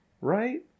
right